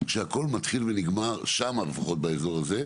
שהכל מתחיל ונגמר שם, לפחות באזור הזה.